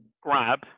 Grab